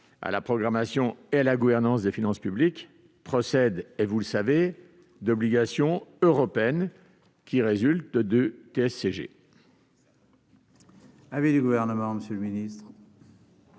à la programmation et à la gouvernance des finances publiques procèdent, comme vous le savez, d'obligations européennes résultant du